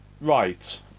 Right